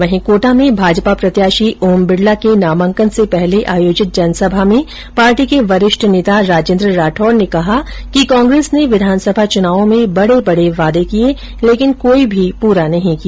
वहीं कोटा में भाजपा प्रत्याशी ओम बिड़ला के नामांकन से पहले आयोजित जनसभा में पार्टी के वरिष्ठ नेता राजेन्द्र राठौड़ ने कहा कि कांग्रेस ने विधानसभा चुनावों में बडे बडे वादे किए लेकिन कोई भी पूरा नहीं किया